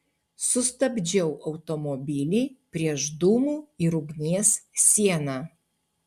sustabdžiau automobilį prieš dūmų ir ugnies sieną